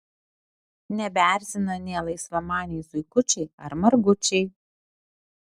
nebeerzina nė laisvamaniai zuikučiai ar margučiai